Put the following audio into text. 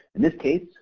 in this case